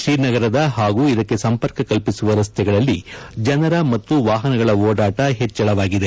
ಶ್ರೀನಗರದ ಹಾಗು ಇದಕ್ಕೆ ಸಂಪರ್ಕ ಕಲ್ಪಿಸುವ ರಸ್ತೆಗಳಲ್ಲಿ ಜನರ ಮತ್ತು ವಾಹನಗಳ ಓಡಾಟ ಹೆಚ್ಚಳವಾಗಿದೆ